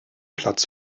platz